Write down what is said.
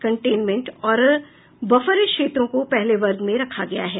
containment और buffer क्षेत्रों को पहले वर्ग में रखा गया है